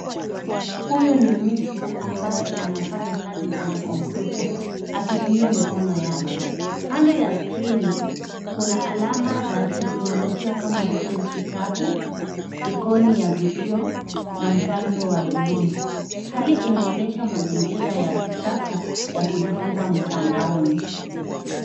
Huyu ni mtu ambaye anafanya kazi kwenye komputa akitumia mikono yake. Kando ya skrini, kuna alama za teknolojia kama vile kitabu, ikoni ya video na mfalme wa elimu. Hali inaonyesha mazingira ya kisasa ya kujifunza mtandaoni.